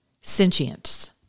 Sentience